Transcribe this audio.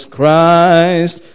Christ